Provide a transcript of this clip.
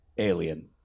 Alien